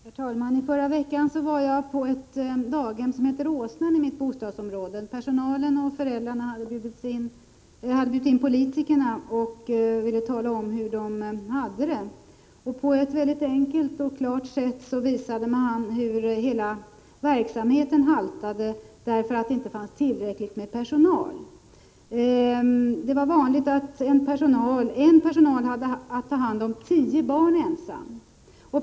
Herr talman! I förra veckan var jag på ett daghem som heter Åsnan i mitt bostadsområde. Personalen och föräldrarna hade bjudit in politikerna, och de ville tala om hur de hade det. På ett mycket enkelt och klart sätt visade de hur hela verksamheten haltade, därför att det inte fanns tillräckligt med personal. Det var vanligt att en anställd hade att ensam ta hand om tio barn.